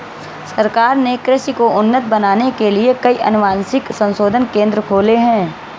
सरकार ने कृषि को उन्नत बनाने के लिए कई अनुवांशिक संशोधन केंद्र खोले हैं